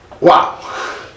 Wow